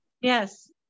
Yes